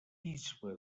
bisbe